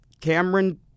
cameron